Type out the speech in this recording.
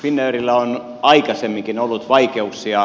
finnairilla on aikaisemminkin ollut vaikeuksia